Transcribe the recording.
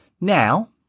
Now